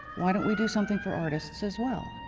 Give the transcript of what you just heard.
why don't we do something for artists, as well?